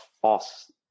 false